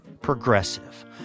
progressive